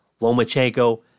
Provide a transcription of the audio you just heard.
Lomachenko